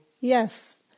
Yes